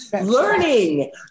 learning